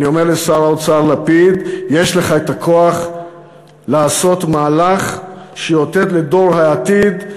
ואני אומר לשר האוצר לפיד: יש לך את הכוח לעשות מהלך שיאותת לדור העתיד,